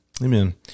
Amen